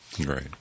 Right